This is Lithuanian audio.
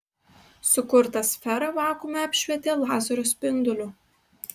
sukurtą sferą vakuume apšvietė lazerio spinduliu